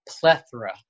plethora